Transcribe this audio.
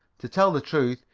to tell the truth,